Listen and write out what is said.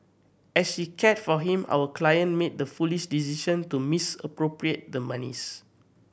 as she cared for him our client made the foolish decision to misappropriate the monies